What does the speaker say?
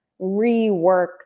rework